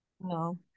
No